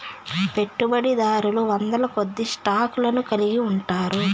పెట్టుబడిదారులు వందలకొద్దీ స్టాక్ లను కలిగి ఉంటారు